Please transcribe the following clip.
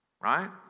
Right